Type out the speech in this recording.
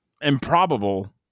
improbable